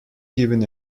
given